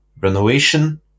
renovation